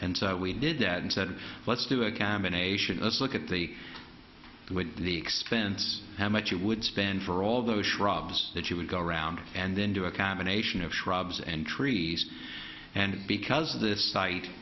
and so we did that and said let's do a combination of us look at the what the expense how much you would spend for all those shrubs that you would go around and then do a combination of shrubs and trees and because this site